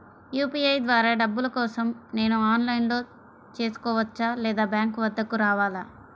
UPI ద్వారా డబ్బులు కోసం నేను ఆన్లైన్లో చేసుకోవచ్చా? లేదా బ్యాంక్ వద్దకు రావాలా?